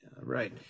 Right